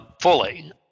fully